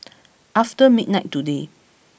after midnight today